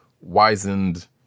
wizened